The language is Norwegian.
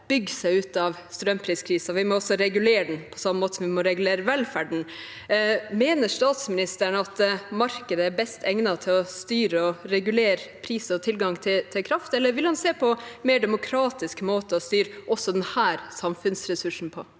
bygge seg ut av strømpriskrisen, vi må også regulere den på samme måte som vi må regulere velferden. Mener statsministeren at markedet er best egnet til å styre og regulere pris på og tilgang til kraft, eller vil han se på en mer demokratisk måte å styre også denne samfunnsressursen på?